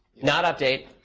not update.